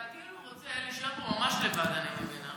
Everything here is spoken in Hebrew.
אתה כאילו רוצה להישאר פה ממש לבד, אני מבינה.